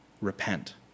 Repent